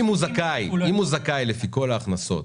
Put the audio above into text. כל הזכאים לגמלת הבטחת הכנסה,